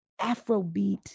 Afrobeat